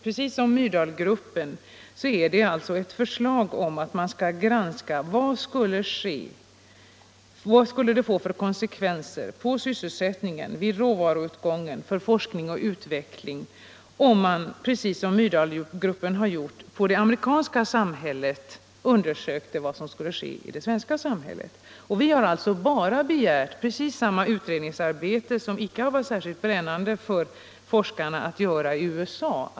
Den föreslår att man precis som Myrdalgruppen gjort i det amerikanska samhället skall granska konsekvenserna på sysselsättning, råvaruåtgång, forskning och utveckling i det svenska samhället. Vi har bara begärt att man i Sverige skulle kosta på sig precis samma utredningsarbete som inte har varit särskilt brännande för forskarna att utföra i USA.